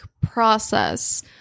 process